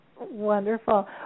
Wonderful